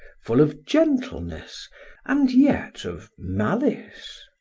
full of gentleness and yet of malice.